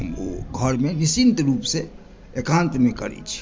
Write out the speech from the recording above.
घरमे निश्चिन्त रुपसँ एकान्तमे करै छी